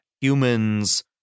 humans